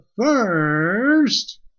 first